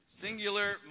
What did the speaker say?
singular